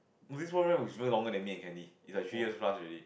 it's way longer than me and Candy it's like three years plus already